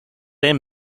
their